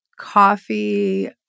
coffee